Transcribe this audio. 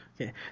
Okay